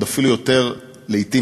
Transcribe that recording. אפילו עוד יותר מהחינוך,